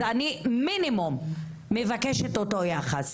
אז אני מינימום מבקשת אותו יחס